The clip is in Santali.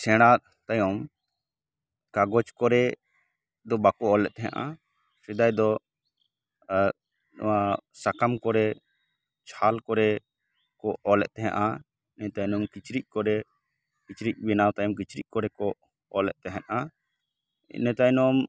ᱥᱮᱬᱟ ᱛᱟᱭᱚᱢ ᱠᱟᱜᱚᱡ ᱠᱚᱨᱮ ᱫᱚ ᱵᱟᱠᱩ ᱚᱞᱮᱫ ᱛᱟᱦᱮᱸᱱᱟ ᱥᱮᱫᱟᱭ ᱫᱚ ᱱᱚᱣᱟ ᱥᱟᱠᱟᱢ ᱠᱚᱨᱮ ᱪᱷᱟᱞ ᱠᱚᱨᱮ ᱠᱚ ᱚᱞᱮᱫ ᱛᱟᱦᱮᱸᱜᱼᱟ ᱤᱱᱟᱹ ᱛᱟᱭᱱᱚᱢ ᱠᱤᱪᱨᱤᱡ ᱠᱚᱨᱮ ᱠᱤᱪᱨᱤᱡ ᱵᱮᱱᱟᱣ ᱛᱟᱭᱚᱢ ᱠᱤᱪᱨᱤᱡ ᱠᱚᱨᱮᱠᱩ ᱚᱞᱮᱫ ᱛᱟᱦᱮᱸᱜᱼᱟ ᱤᱱᱟᱹ ᱛᱟᱭᱱᱚᱢ